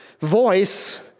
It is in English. voice